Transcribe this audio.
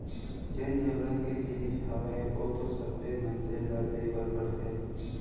जेन जरुरत के जिनिस हावय ओ तो सब्बे मनसे ल ले बर परथे